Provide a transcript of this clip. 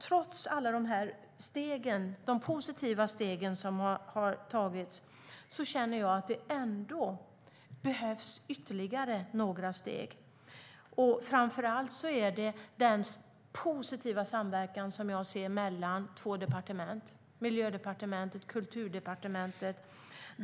Trots alla de positiva steg som har tagits känner jag att det ändå behövs ytterligare några steg. Framför allt gäller det den positiva samverkan som jag ser mellan två departement, Miljödepartementet och Kulturdepartementet.